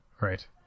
Right